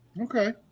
Okay